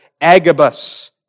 Agabus